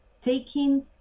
taking